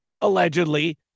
allegedly